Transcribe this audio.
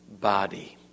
body